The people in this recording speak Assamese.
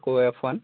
পক' এফ ওৱান